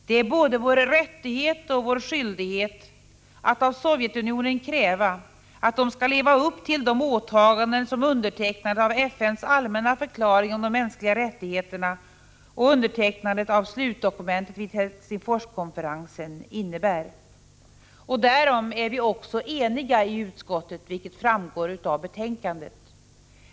Det är både vår rättighet och vår skyldighet att av Sovjetunionen kräva att man skall leva upp till de åtaganden som undertecknandet av FN:s allmänna förklaring om de mänskliga rättigheterna och undertecknandet av slutdokumentet vid Helsingforskonferensen innebär. Därom är vi också eniga i utskottet, vilket framgår av betänkandet.